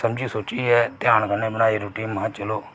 समझी सोचियै ध्यान कन्नै बनाई रुट्टी में महां चलो